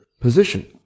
position